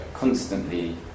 Constantly